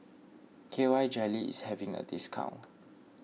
K Y Jelly is having a discount